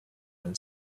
when